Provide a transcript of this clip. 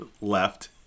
left